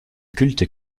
culte